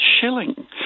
shilling